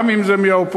גם אם זה מהאופוזיציה,